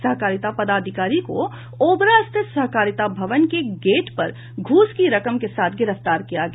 सहकारिता पदाधिकारी को ओबरा स्थित सहकारिता भवन के गेट पर घूस की रकम के साथ गिरफ्तार किया गया